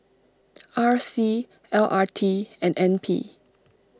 R C L R T and N P